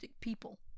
people